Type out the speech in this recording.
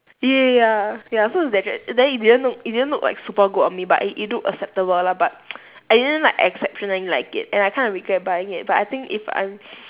ya ya ya ya ya so it's that dress then it didn't look it didn't look like super good on me but it it look acceptable lah but I didn't like exceptionally like it and I kind of regret buying it but I think if I'm